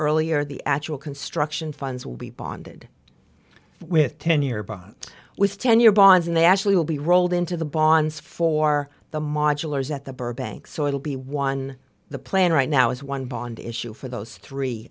earlier the actual construction funds will be bonded with ten year bonds with ten year bonds and they actually will be rolled into the bonds for the modulars at the burbank so it'll be one the plan right now is one bond issue for those three